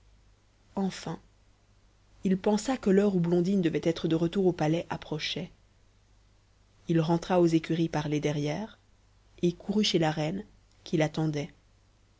enfin il pensa que l'heure où blondine devait être de retour au palais approchait il rentra aux écuries par les derrières et courut chez la reine qui l'attendait